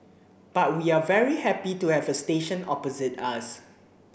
but we are very happy to have a station opposite us